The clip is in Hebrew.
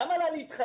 למה לה להתחייב?